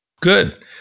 Good